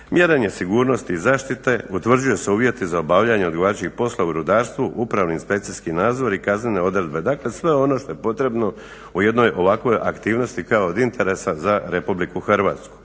mjerenje sigurnosti i zaštite, utvrđuju se uvjeti za obavljanje … poslova u rudarstvu, upravno inspekcijski nadzor i kaznene odredbe, dakle sve ono što je potrebno u jednoj ovakvoj aktivnosti kao od interesa za RH.